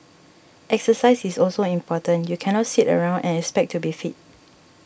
exercise is also important you can not sit around and expect to be fit